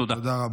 תודה.